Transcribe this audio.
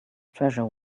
treasure